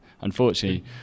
unfortunately